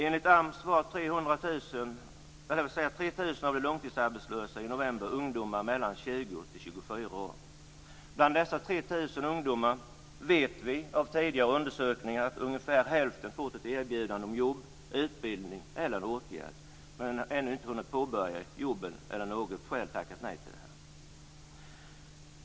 Enligt AMS var 3 000 av de långtidsarbetslösa i november ungdomar mellan 20 och 24 år. Bland dessa 3 000 ungdomar - det vet vi av tidigare undersökningar - har ungefär hälften fått erbjudande om jobb, utbildning eller åtgärd men har ännu inte hunnit påbörja jobbet eller har av något skäl tackat nej.